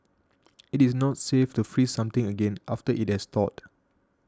it is not safe to freeze something again after it has thawed